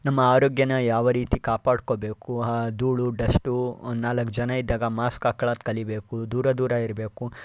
ನಮ್ಮ ಆರೋಗ್ಯನ ಯಾವ ರೀತಿ ಕಾಪಾಡ್ಕೊಬೇಕು ಧೂಳು ಡಸ್ಟು ನಾಲ್ಕು ಜನ ಇದ್ದಾಗ ಮಾಸ್ಕ್ ಹಾಕೊಳ್ಳೋದು ಕಲಿಬೇಕು ದೂರ ದೂರ ಇರಬೇಕು